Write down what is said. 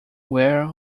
where